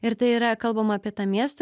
ir tai yra kalbama apie tą miestą